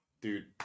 dude